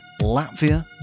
Latvia